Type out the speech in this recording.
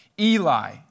Eli